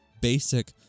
basic